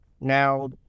Now